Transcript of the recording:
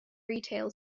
retail